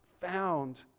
found